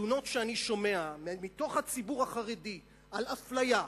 התלונות שאני שומע מתוך הציבור החרדי על אפליה,